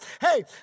Hey